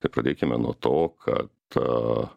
tad pradėkime nuo to ką tą